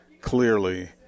clearly